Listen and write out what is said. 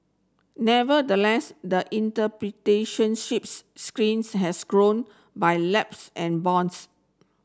nevertheless the has grown by lapse and bounds